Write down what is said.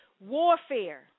Warfare